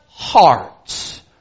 Hearts